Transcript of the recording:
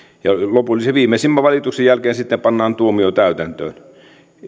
ja viimeisimmän valituksen jälkeen sitten pannaan tuomio täytäntöön